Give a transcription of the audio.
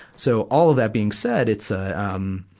so, all of that being said, it's a, um,